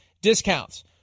discounts